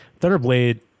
Thunderblade